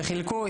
וחילקו,